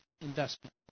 investment